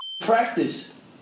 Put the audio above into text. practice